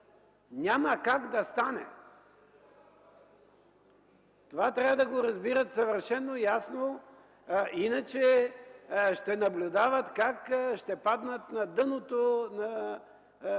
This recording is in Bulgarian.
Няма как да стане! Това трябва да го разбират съвършено ясно, иначе ще наблюдават как ще паднат на дъното на